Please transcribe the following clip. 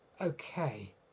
okay